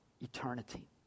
eternity